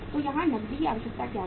तो यहाँ नकदी की आवश्यकता क्या है